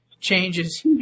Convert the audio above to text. changes